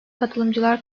katılımcılar